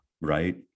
right